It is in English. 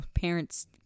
parents